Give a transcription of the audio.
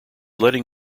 letting